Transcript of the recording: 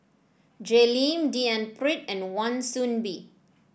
Jay Lim D N Pritt and Wan Soon Bee